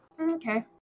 Okay